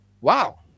Wow